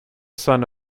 son